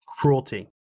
cruelty